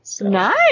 Nice